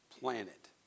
planet